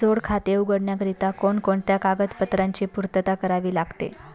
जोड खाते उघडण्याकरिता कोणकोणत्या कागदपत्रांची पूर्तता करावी लागते?